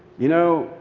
you know,